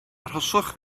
arhoswch